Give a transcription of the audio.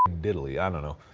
diddly. i don't know.